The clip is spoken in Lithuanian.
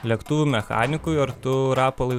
lėktuvų mechanikui ar tu rapolai